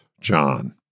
John